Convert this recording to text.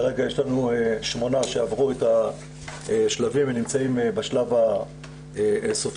כרגע יש לנו 8 שעברו את השלבים ונמצאים בשלב הסופי,